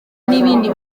n’ibindi